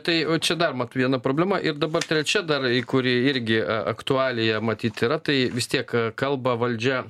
tai o čia dar viena problema ir dabar trečia dar į kuri irgi aktualija matyt yra tai vis tiek kalba valdžia